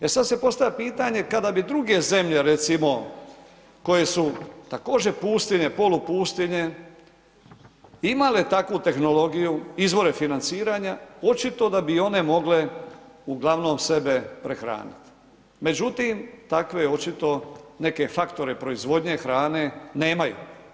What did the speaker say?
E sada se postavlja pitanje kada bi druge zemlje recimo koje su također pustinje, polupustinje imale takvu tehnologiju, izvore financiranja očito da bi one mogle uglavnom sebe prehraniti, međutim takve očito neke faktore proizvodnje hrane nemaju.